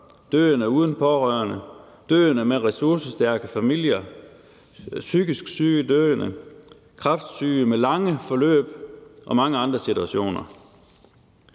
døende uden pårørende, døende med ressourcestærke familier, psykisk syge døende, kræftsyge med lange forløb og mange andre situationer.